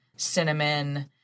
cinnamon